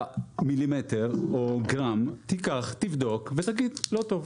שבדקת מילימטר או גרם תיקח, תבדוק ותגיד, לא טוב.